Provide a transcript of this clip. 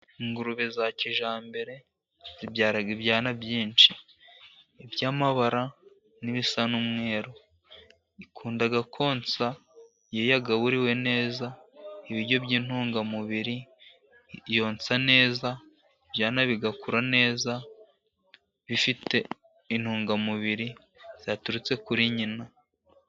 Ingurube za kijyambere zibyara ibyana byinshi ,iby'amabara n'ibisa n'umweru ,ikunda konsa iyo yagaburiwe neza ibiryo by'intungamubiri, yonsa neza ibyana bigakura neza, bifite intungamubiri zaturutse kuri nyina.